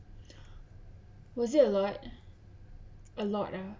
was it a lot a lot ah